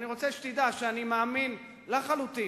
ואני רוצה שתדע שאני מאמין לחלוטין